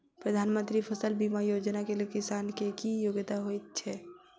प्रधानमंत्री फसल बीमा योजना केँ लेल किसान केँ की योग्यता होइत छै?